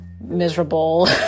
miserable